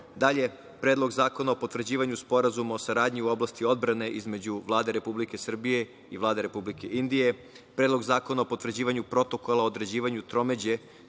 Predlog zakona o potvrđivanju sporazuma o saradnji u oblasti odbrane između Vlade Republike Srbije i Vlade Republike Indije, Predlog zakona o potvrđivanju protokola o određivanju tromeđe